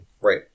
Right